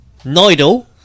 Nidal